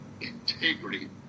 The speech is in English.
integrity